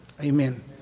Amen